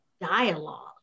dialogue